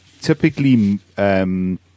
typically